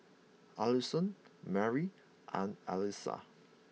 Allisson Merry and Elia